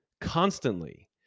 constantly